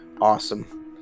awesome